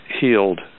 healed